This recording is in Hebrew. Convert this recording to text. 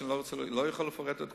שאני לא יכול לפרט את כולן.